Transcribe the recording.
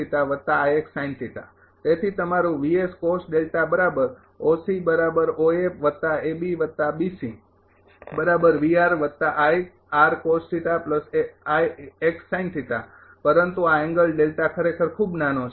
તેથી તમારુ પરંતુ આ એંગલ ખરેખર ખૂબ નાનો છે